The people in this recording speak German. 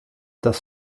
das